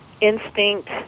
instinct